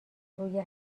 روی